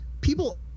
people